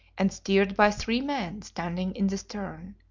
and steered by three men standing in the stern.